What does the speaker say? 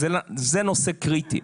זה נושא קריטי.